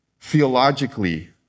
theologically